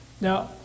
Now